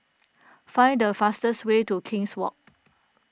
find the fastest way to King's Walk